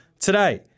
today